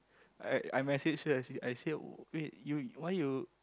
I I messaged her she I said wait you why you